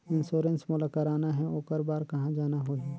Insurance मोला कराना हे ओकर बार कहा जाना होही?